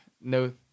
no